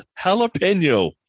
Jalapeno